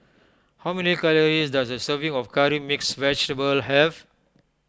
how many calories does a serving of Curry Mixed Vegetable have